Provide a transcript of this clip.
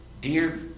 dear